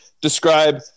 describe